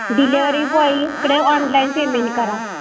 delivery boy इकडे online payment करा